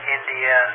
India